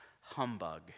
Humbug